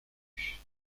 rue